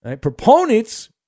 Proponents